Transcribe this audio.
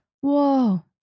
Whoa